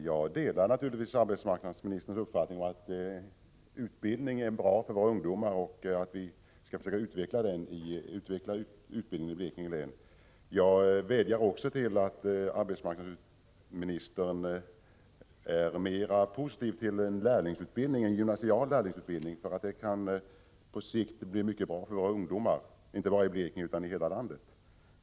Herr talman! Naturligtvis delar jag arbetsmarknadsministerns uppfattning att utbildning är bra för våra ungdomar och att vi skall försöka utveckla utbildningsverksamheten i Blekinge län. Jag vädjar i det sammanhanget till arbetsmarknadsministern att se mera positivt på en gymnasial lärlingsutbildning, som på sikt kan vara mycket bra för ungdomarna inte bara i Blekinge utan i hela landet.